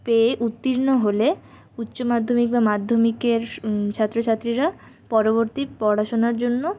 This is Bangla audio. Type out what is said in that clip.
পেয়ে উত্তীর্ণ হলে উচ্চমাধ্যমিক বা মাধ্যমিকের ছাত্রছাত্রীরা পরবর্তী পড়াশোনার জন্য